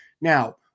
Now